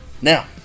Now